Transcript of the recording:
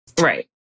right